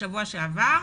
בשבוע שעבר,